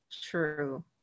true